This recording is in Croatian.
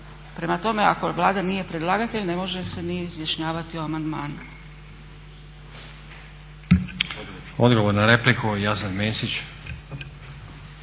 Prema tome, ako Vlada nije predlagatelj ne može se ni izjašnjavati o amandmanu. **Stazić, Nenad